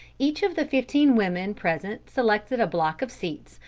each of the fifteen women present selected a block of seats,